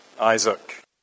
Isaac